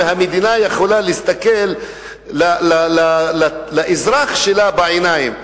והמדינה יכולה להסתכל לאזרח שלה בעיניים?